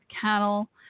cattle